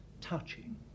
touching